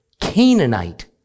Canaanite